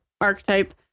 archetype